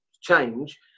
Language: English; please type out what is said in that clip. change